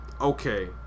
okay